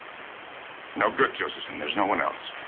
no good, josephson. there's no one else.